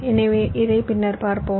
எனவே இதை பின்னர்பார்ப்போம்